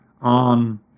on